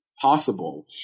possible